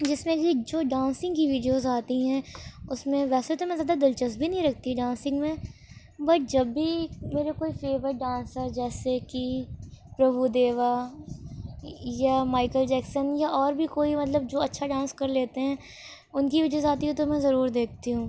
جس میں ایک جو ڈانسنگ کی ویڈیوز آتی ہیں اس میں ویسے تو میں زیادہ دلچسپی نہیں رکھتی ڈانسنگ میں بٹ جب بھی میرے کوئی فیور ڈانسر جیسے کہ پربھو دیوا یا مائیکل جیکسن یا اور بھی کوئی مطلب جو اچھا ڈانس کر لیتے ہیں ان کی ویڈیوز آتی ہیں تو میں ضرور دیکھتی ہوں